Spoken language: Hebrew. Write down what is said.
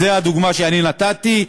והדוגמה שאני נתתי,